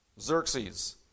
Xerxes